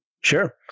sure